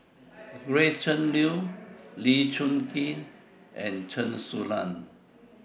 Gretchen Liu Lee Choon Kee and Chen Su Lan